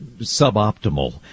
suboptimal